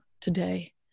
today